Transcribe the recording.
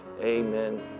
Amen